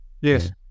Yes